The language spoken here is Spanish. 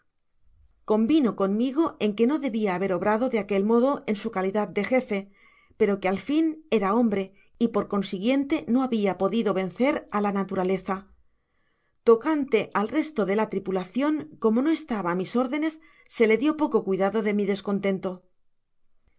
convino conmigo en que no debia haber obrado de aquel modo en su calidad de jefe pero que al fin era hombre y por consiguiente no habia podido vencer á la naturaleza tocante al resto de la tripulacion como no estaba á mis órdenes se le dió poco cuidado de mi descontento